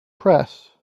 press